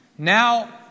Now